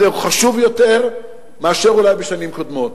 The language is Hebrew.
הוא חשוב יותר אולי מאשר בשנים קודמות.